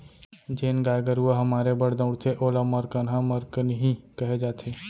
जेन गाय गरूवा ह मारे बर दउड़थे ओला मरकनहा मरकनही कहे जाथे